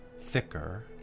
thicker